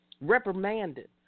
reprimanded